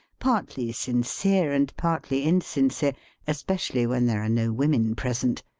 partly sincere and partly insincere a especially when there are no women present.